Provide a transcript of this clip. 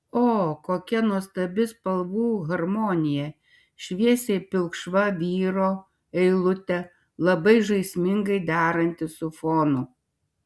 o kokia nuostabi spalvų harmonija šviesiai pilkšva vyro eilutė labai žaismingai deranti su fonu